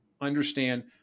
understand